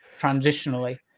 transitionally